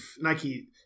Nike